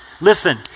Listen